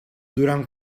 durant